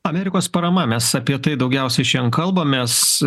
amerikos parama mes apie tai daugiausiai šiandien kalbamės